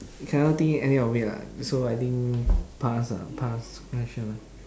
cannot think any of it lah so I think pass ah pass question